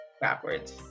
backwards